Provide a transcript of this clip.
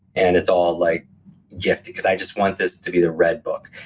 and it's all like gift, because i just want this to be the red book.